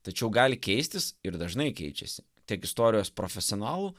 tačiau gali keistis ir dažnai keičiasi tiek istorijos profesionalų